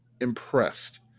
impressed